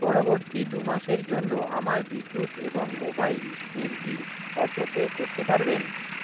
পরবর্তী দু মাসের জন্য আমার বিদ্যুৎ এবং মোবাইল এর বিল অটোপে করতে পারবেন